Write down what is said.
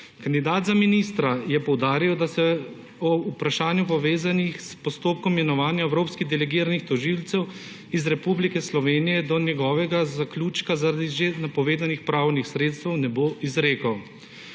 Kandidat za ministra je poudaril, da se o vprašanju povezanih s postopkom imenovanja evropskih delegiranih tožilcev iz Republike Slovenije do njegovega zaključka zaradi že napovedanih pravnih sredstev ne bo izrekel.